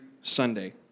Sunday